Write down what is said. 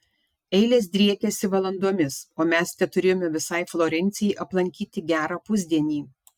eilės driekiasi valandomis o mes teturėjome visai florencijai aplankyti gerą pusdienį